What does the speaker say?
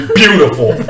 beautiful